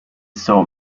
saw